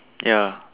ya